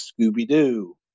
Scooby-Doo